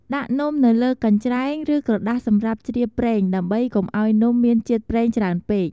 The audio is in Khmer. ដាក់នំនៅលើកញ្ច្រែង ឬក្រដាសសម្រាប់ជ្រាបប្រេងដើម្បីកុំឱ្យនំមានជាតិប្រេងច្រើនពេក។